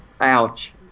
Ouch